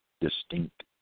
distinct